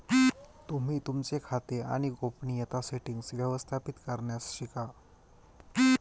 तुम्ही तुमचे खाते आणि गोपनीयता सेटीन्ग्स व्यवस्थापित करण्यास शिका